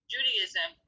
Judaism